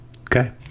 okay